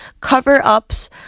cover-ups